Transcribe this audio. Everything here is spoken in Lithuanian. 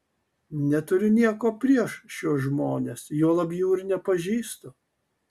neturiu nieko prieš šiuos žmones juolab jų ir nepažįstu